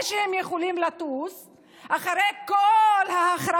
ברגע שאתה פוטר אותו ועושה לו הנחה בשכר